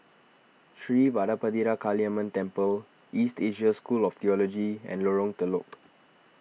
Sri Vadapathira Kaliamman Temple East Asia School of theology and Lorong Telok